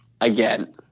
again